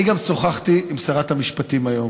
אני גם שוחחתי עם שרת המשפטים היום